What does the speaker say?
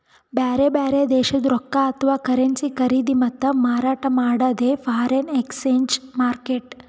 ಬ್ಯಾರೆ ಬ್ಯಾರೆ ದೇಶದ್ದ್ ರೊಕ್ಕಾ ಅಥವಾ ಕರೆನ್ಸಿ ಖರೀದಿ ಮತ್ತ್ ಮಾರಾಟ್ ಮಾಡದೇ ಫಾರೆನ್ ಎಕ್ಸ್ಚೇಂಜ್ ಮಾರ್ಕೆಟ್